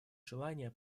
желание